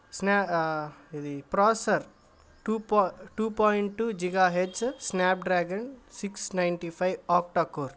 ఇది processor two పా two point two giga H Snapdragon six ninety five octa core